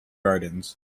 gardens